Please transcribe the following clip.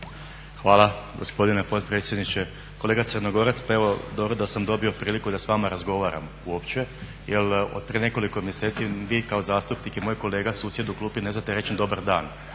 Hvala gospodine potpredsjedniče. Kolega Crnogorac pa evo dobro da sam dobio priliku da s vama razgovaram uopće jer od prije nekoliko mjeseci vi kao zastupnik i moj kolega susjed u klupi ne znate reći ni dobar dan,